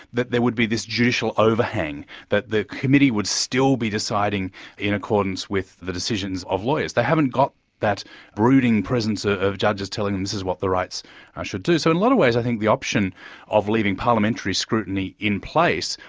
that there would be this judicial overhang, that the committee would still be deciding in accordance with the decisions of lawyers. they haven't got that brooding presence ah of judges telling them this is what the rights should do. so, in a lot of ways i think the option of leaving parliamentary scrutiny in place,